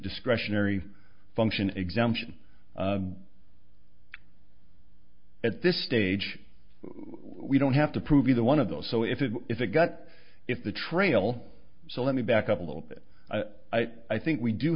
discretionary function exemption at this stage we don't have to prove either one of those so if it if it got if the trail so let me back up a little bit i think we do